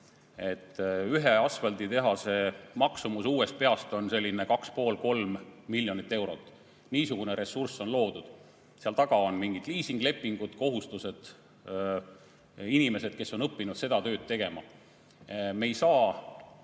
Ühe asfalditehase maksumus uuest peast on 2,5–3 miljonit eurot. Niisugune ressurss on loodud. Seal taga on mingid liisingulepingud, kohustused ja inimesed, kes on õppinud seda tööd tegema. Me ei saa